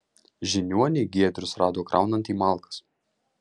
žiniuonį giedrius rado kraunantį malkas